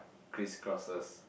Christ crosses